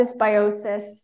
dysbiosis